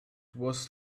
was